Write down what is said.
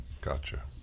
Gotcha